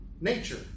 nature